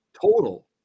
total